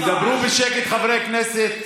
תדברו בשקט, חברי הכנסת.